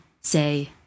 say